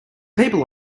people